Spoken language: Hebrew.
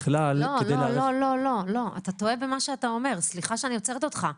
אתה טועה במה שאתה אומר, סליחה שאני עוצרת אותך.